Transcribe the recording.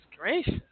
gracious